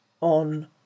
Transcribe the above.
on